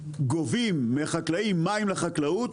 גובים מהחקלאים מים לחקלאות,